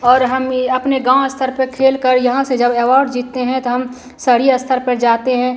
और हम ई अपने गाँव स्तर पर खेलकर यहाँ से जब एवार्ड जीतते हैं तो हम सड़ीय स्तर पर जाते हैं